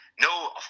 no